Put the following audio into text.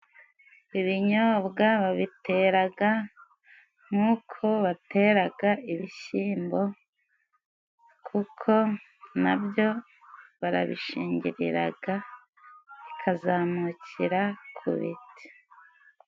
Ibinyobwa babiteraga nk'uko bateraga ibishyimbo， kuko na byo barabishengiriraga bikazamukira ku biti.